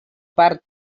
part